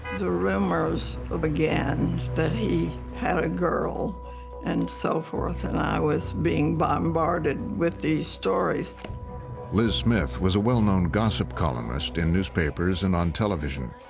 the rumors ah began that he had a girl and so forth, and i was being bombarded with these stories. narrator liz smith was a well-known gossip columnist in newspapers and on television.